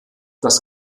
das